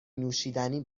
نوشیدنی